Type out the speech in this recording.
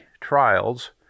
trials